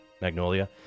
magnolia